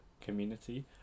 community